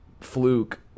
fluke